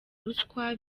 ruswa